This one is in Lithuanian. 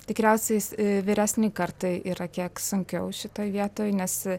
tikriausiais vyresnei kartai yra kiek sunkiau šitoj vietoj nes